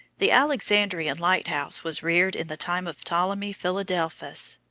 the alexandrian light-house was reared in the time of ptolemy philadelphus,